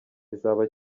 kizaba